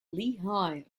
lehigh